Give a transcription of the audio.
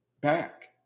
back